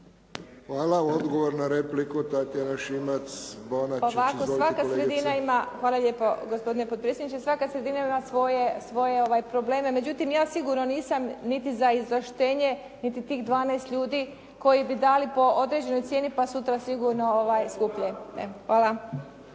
**Šimac Bonačić, Tatjana (SDP)** Pa ovako, svaka sredina ima, hvala lijepo gospodine potpredsjedniče, svaka sredina ima svoje probleme, međutim ja sigurno nisam niti za izvlaštenje niti tih 12 ljudi koji bi dali po određenoj cijeni, pa sutra sigurno skuplje. Hvala.